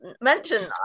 mentioned